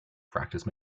practice